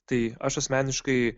tai aš asmeniškai